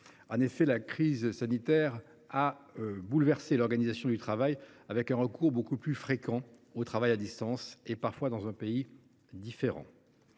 En effet, la crise sanitaire a bouleversé l’organisation du travail. Elle a favorisé un recours beaucoup plus fréquent au travail à distance, qui s’effectue parfois depuis un pays différent.